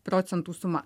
procentų suma